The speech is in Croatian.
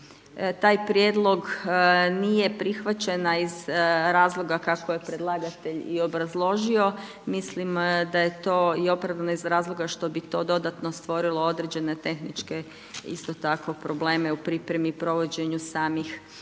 taj prijedlog nije prihvaćena iz razloga kako je predlagatelj i obrazložio, mislim da je to i opravdano iz razloga što bi to dodatno stvorilo određene tehničke isto tako probleme u pripremi i provođenju samih izbora